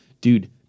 Dude